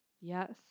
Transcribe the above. Yes